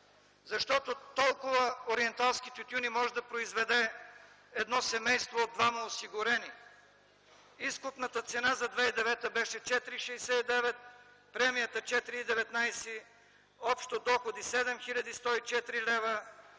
защото толкова ориенталски тютюни може да произведе едно семейство от двама осигурени. Изкупната цена за 2009 г. беше 4,69 лв., премията – 4,19. Общо доходи 7104 лв.,